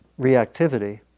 reactivity